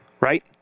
Right